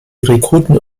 rekruten